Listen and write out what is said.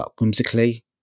whimsically